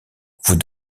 vous